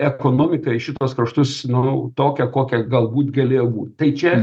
ekonomiką į šituos kraštus nu tokią kokia galbūt galėjo būt tai čia